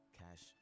cash